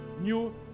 new